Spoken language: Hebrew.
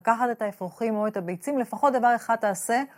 לקחת את האפרוחים או את הביצים, לפחות דבר אחד תעשה.